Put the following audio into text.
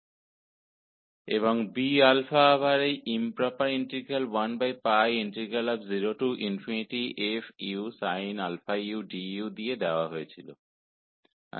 और Bα को फिर से इस improper integral 10 f sin u du द्वारा दर्शाया गया है